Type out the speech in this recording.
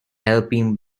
helping